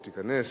ותיכנס